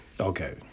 Okay